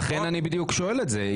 לכן בדיוק אני שואל את זה.